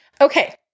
Okay